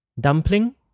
Dumpling